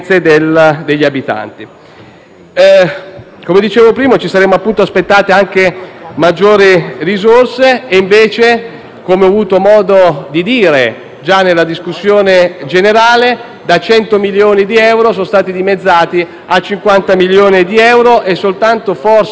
Come dicevo prima, ci saremmo aspettati più risorse e invece, come ho avuto modo di dire già nella discussione generale, 100 milioni di euro sono stati dimezzati a 50 milioni di euro e forse soltanto nel 2020 si vedrà qualcosa.